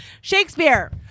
Shakespeare